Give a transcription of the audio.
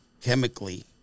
chemically